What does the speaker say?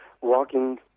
walking